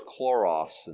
chloros